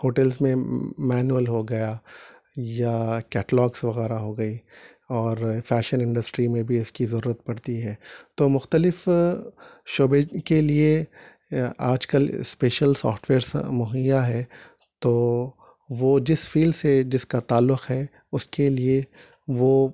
hotels میں manual ہو گیا یا کیٹلاگس وغیرہ ہو گئی اور فیشن انڈسٹری میں بھی اس کی ضرورت پڑتی ہے تو مختلف شعبے کے لیے آج کل اسپیشل سافٹ ویئرس مہیا ہیں تو وہ جس فیلڈ سے جس کا تعلق ہے اس کے لیے وہ